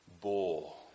bull